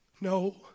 No